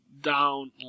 down